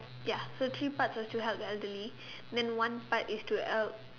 ya so three parts were to help the elderly then one part is to help